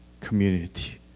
community